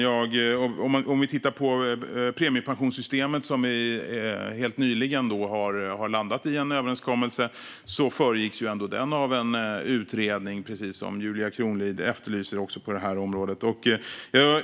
När det gäller premiepensionssystemet har vi dock helt nyligen landat i en överenskommelse. Den överenskommelsen föregicks av en utredning, vilket Julia Kronlid efterlyser också på detta område.